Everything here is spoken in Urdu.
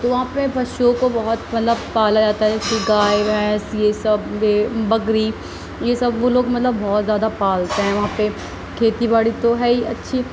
تو وہاں پہ پشوؤں کو بہت مطلب پالا جاتا ہے جیسے گائے بھینس یہ سب بھیڑ بکری یہ سب وہ لوگ مطلب بہت زیادہ پالتے ہیں وہاں پہ کھیتی باڑی توہے ہی اچھی